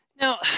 Now